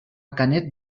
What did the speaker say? canet